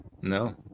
No